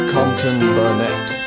Compton-Burnett